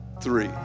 three